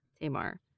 Tamar